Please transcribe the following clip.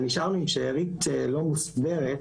ונשארנו עם שארית לא מוסברת.